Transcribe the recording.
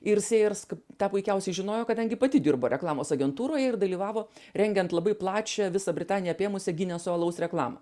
ir sėjers tą puikiausiai žinojo kadangi pati dirbo reklamos agentūroje ir dalyvavo rengiant labai plačią visą britaniją apėmusią gineso alaus reklamą